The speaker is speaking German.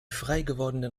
freigewordenen